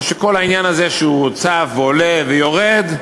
או שכל העניין הזה שהוצע ועולה ויורד,